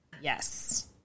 Yes